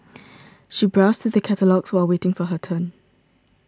she browsed through the catalogues while waiting for her turn